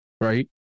Right